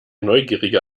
neugierige